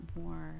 more